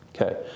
Okay